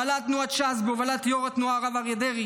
פעלה תנועת ש"ס בהובלת יו"ר התנועה הרב אריה דרעי